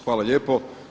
Hvala lijepo.